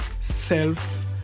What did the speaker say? self